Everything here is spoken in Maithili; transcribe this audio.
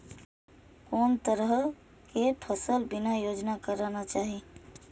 कोन तरह के फसल बीमा योजना कराना चाही?